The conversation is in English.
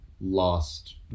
lost